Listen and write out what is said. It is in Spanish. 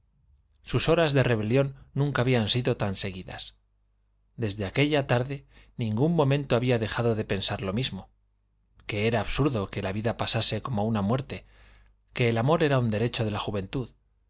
sus horas de rebelión nunca habían sido tan seguidas desde aquella tarde ningún momento había dejado de pensar lo mismo que era absurdo que la vida pasase como una muerte que el amor era un derecho de la juventud